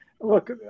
look